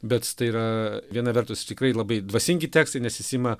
bet tai yra viena vertus ir tikrai labai dvasingi tekstai nes jis ima